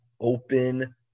open